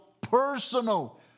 personal